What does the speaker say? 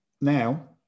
Now